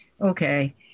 okay